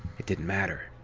it didn't matter.